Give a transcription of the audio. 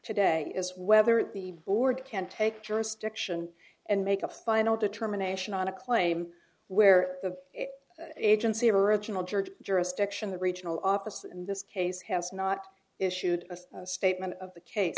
today is whether the board can take jurisdiction and make a final determination on a claim where the agency of original judge jurisdiction the regional office in this case has not issued a statement of the ca